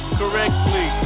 correctly